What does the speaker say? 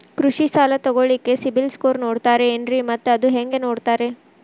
ಕೃಷಿ ಸಾಲ ತಗೋಳಿಕ್ಕೆ ಸಿಬಿಲ್ ಸ್ಕೋರ್ ನೋಡ್ತಾರೆ ಏನ್ರಿ ಮತ್ತ ಅದು ಹೆಂಗೆ ನೋಡ್ತಾರೇ?